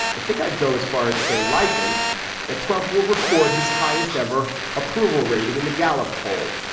i think i'd go as far as, say, likely that trump will record his highest ever approval rating in the gallup poll.